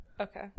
okay